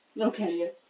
Okay